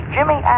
Jimmy